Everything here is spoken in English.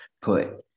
put